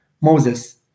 Moses